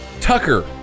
Tucker